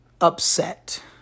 upset